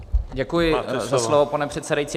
Děkuji za slovo, pane předsedající.